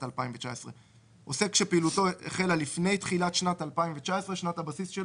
2019. לפני יום ד' בטבת התש"ף (1 בינואר 2020) שנת 2019,